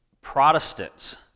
Protestants